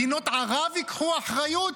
מדינות ערב ייקחו אחריות?